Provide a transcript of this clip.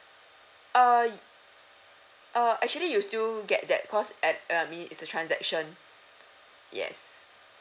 uh y~ uh actually you still get that because at uh meaning it's a transaction yes